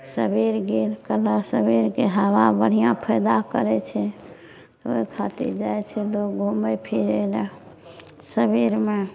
शरीर दौड़ कयला से शरीरके हबा बढ़िआँ फायदा करैत छै तऽ ओहि खातिर जाइत छै लोग घूमए फिरए लऽ शरीरमे